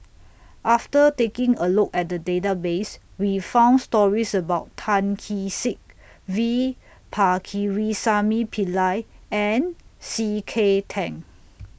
after taking A Look At The Database We found stories about Tan Kee Sek V Pakirisamy Pillai and C K Tang